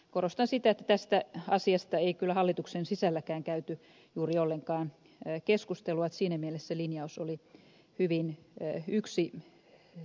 korostan sitä että tästä asiasta ei kyllä hallituksen sisälläkään käyty juuri ollenkaan keskustelua niin että siinä mielessä linjaus oli hyvin yksiselitteinen